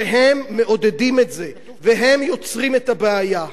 שמעודדים את זה והם יוצרים את הבעיה.